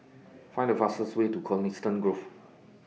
Find The fastest Way to Coniston Grove